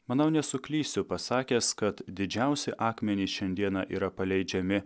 manau nesuklysiu pasakęs kad didžiausi akmenys šiandieną yra paleidžiami